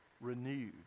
renewed